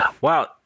Wow